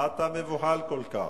מה אתה מבוהל כל כך?